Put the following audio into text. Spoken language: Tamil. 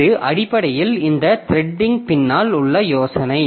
இது அடிப்படையில் இந்த த்ரெட்டிங் பின்னால் உள்ள யோசனை